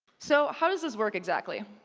so, how does this work exactly?